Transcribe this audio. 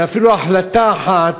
ואפילו החלטה אחת,